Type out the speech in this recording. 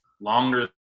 longer